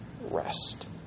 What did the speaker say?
Rest